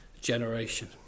generation